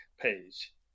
page